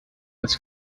als